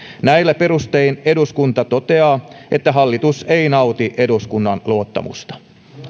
näillä perustein eduskunta toteaa että hallitus ei nauti eduskunnan luottamusta